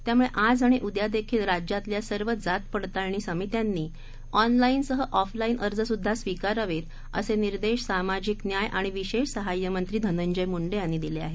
त्यामूळे आज आणि उद्या देखील राज्यातल्या सर्व जात पडताळणी समित्यांनी ऑनलाईनसह ऑफलाईन अर्जसुद्धा स्वीकारावेत असे निर्देश सामाजिक न्याय आणि विशेष सहाय्य मंत्री धनंजय मुंडे यांनी दिले आहेत